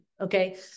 okay